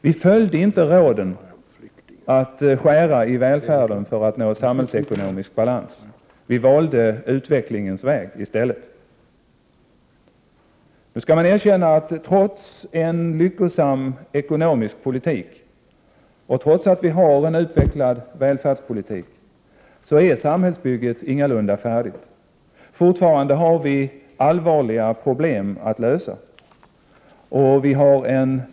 Vi följde inte råden att skära i välfärden för att nå samhällsekonomisk balans, vi valde i stället utvecklingens väg. Nu skall man erkänna att trots en lyckosam ekonomisk politik och trots att vi har en utvecklad välfärdspolitik är samhällsbygget ingalunda färdigt. Fortfarande har vi allvarliga problem att lösa.